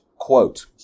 quote